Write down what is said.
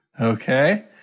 okay